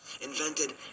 invented